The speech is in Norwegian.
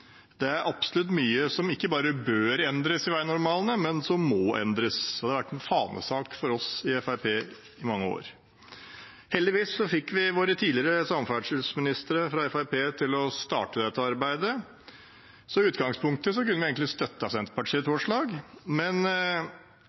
Det er absolutt mye som ikke bare bør endres i veinormalene, men som må endres, og det har vært en fanesak for oss i Fremskrittspartiet i mange år. Heldigvis fikk vi våre tidligere samferdselsministre fra Fremskrittspartiet til å starte dette arbeidet, så i utgangspunktet kunne vi egentlig støttet Senterpartiets forslag. Men